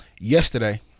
Yesterday